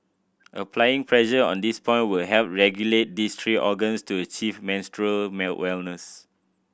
applying pressure on this point will help regulate these three organs to achieve menstrual wellness